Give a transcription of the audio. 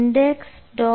html